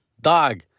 Dog